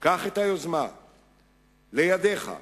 קח את היוזמה לידיך באומץ,